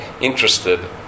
interested